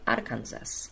Arkansas